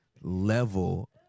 level